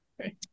Okay